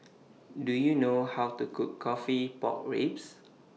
Do YOU know How to Cook Coffee Pork Ribs